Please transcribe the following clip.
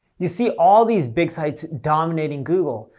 you see all these big sites dominating google,